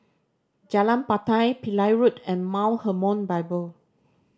Jalan Batai Pillai Road and Mount Hermon Bible